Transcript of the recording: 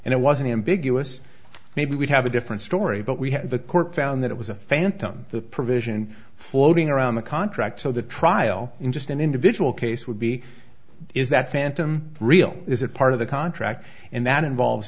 and it wasn't ambiguous maybe we'd have a different story but we had the court found that it was a phantom the provision floating around the contract so the trial in just an individual case would be is that phantom real is it part of the contract and that involves